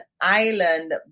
island